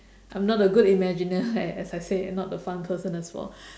I'm not a good imaginer as I said not a fun person as well